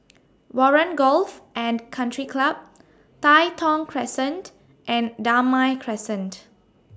Warren Golf and Country Club Tai Thong Crescent and Damai Crescent